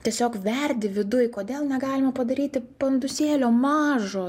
tiesiog verdi viduj kodėl negalima padaryti pandusėlio mažo